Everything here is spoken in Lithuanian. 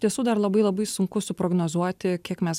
tiesų dar labai labai sunku suprognozuoti kiek mes